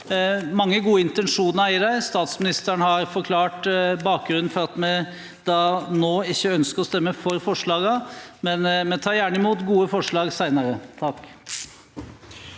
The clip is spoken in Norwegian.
mange gode intensjoner i dem. Statsministeren har forklart bakgrunnen for at vi nå ikke ønsker å stemme for forslagene. Men vi tar gjerne imot gode forslag senere. Ola